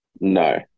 No